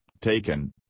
taken